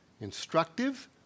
Instructive